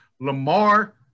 Lamar